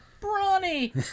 brawny